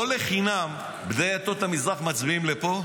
לא לחינם בני עדות המזרח מצביעים לפה,